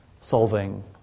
solving